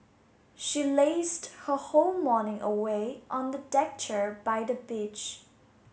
she lazed her whole morning away on the deck chair by the beach